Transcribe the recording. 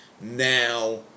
Now